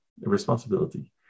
responsibility